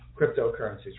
cryptocurrencies